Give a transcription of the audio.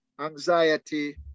anxiety